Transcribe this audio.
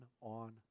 on